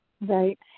Right